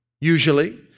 usually